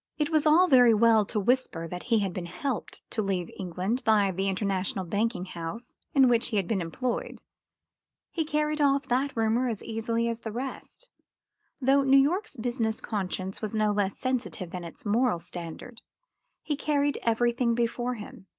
it was all very well to whisper that he had been helped to leave england by the international banking-house in which he had been employed he carried off that rumour as easily as the rest though new york's business conscience was no less sensitive than its moral standard he carried everything before him,